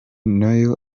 nayo